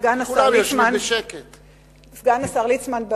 סגן השר ליצמן,